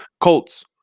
Colts